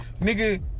nigga